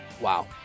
Wow